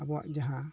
ᱟᱵᱚᱣᱟᱜ ᱡᱟᱦᱟᱸ